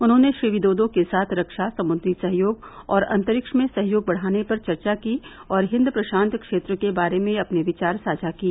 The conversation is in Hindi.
उन्हेंने श्री विदोदो के साथ रक्षा समुद्री सहयोग और अंतरिक्ष में सहयोग बढ़ाने पर चर्चा की और हिंद प्रशांत क्षेत्र के बारे में अपने विचार साझा किए